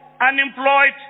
unemployed